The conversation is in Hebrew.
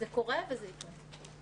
זה קורה וזה יקרה.